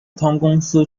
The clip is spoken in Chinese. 公司